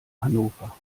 hannover